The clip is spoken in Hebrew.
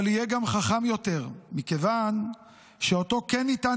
אבל יהיה גם חכם יותר מכיוון שאותו כן ניתן